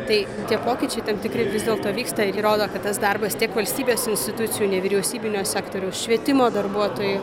tai tie pokyčiai tam tikri vis dėlto vyksta ir įrodo kad tas darbas tiek valstybės institucijų nevyriausybinio sektoriaus švietimo darbuotojų